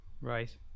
Right